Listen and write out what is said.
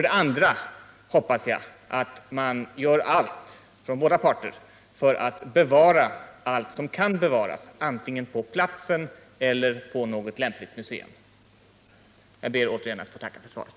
Dessutom hoppas jag att båda parter gör allt för att bevara allt som kan bevaras, antingen på platsen eller på något lämpligt museum. Jag ber återigen att få tacka för svaret.